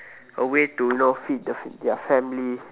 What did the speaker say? a way to you know feed the their family